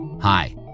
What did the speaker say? Hi